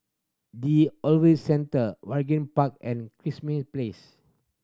the Centre Waringin Park and Krismi Place